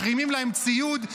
מחרימים להן ציוד.